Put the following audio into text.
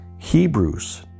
Hebrews